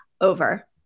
over